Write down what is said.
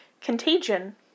Contagion